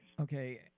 Okay